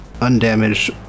undamaged